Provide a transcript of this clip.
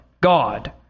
God